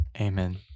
Amen